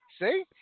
See